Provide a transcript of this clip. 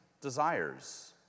desires